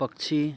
पक्षी